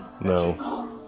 No